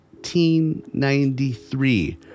1893